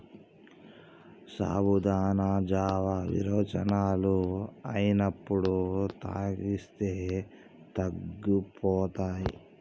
సాబుదానా జావా విరోచనాలు అయినప్పుడు తాగిస్తే తగ్గిపోతాయి